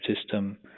system